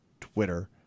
Twitter